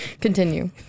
Continue